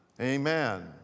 Amen